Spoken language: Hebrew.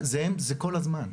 זה כל הזמן.